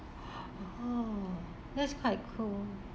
oh that's quite cool